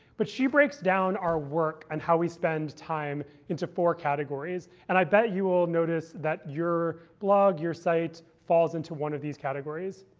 but she breaks down our work and how we spend time into four categories. and i bet you will notice that your blog, your site, falls into one of these categories.